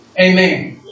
Amen